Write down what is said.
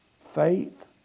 Faith